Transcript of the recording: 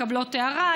מקבלות הערה,